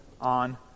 on